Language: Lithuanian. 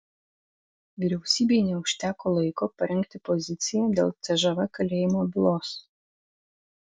vyriausybei neužteko laiko parengti poziciją dėl cžv kalėjimo bylos